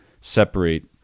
separate